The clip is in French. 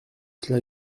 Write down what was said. cela